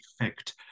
effect